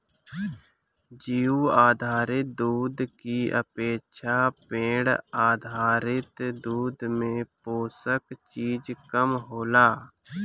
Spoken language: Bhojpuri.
जीउ आधारित दूध की अपेक्षा पेड़ आधारित दूध में पोषक चीज कम होला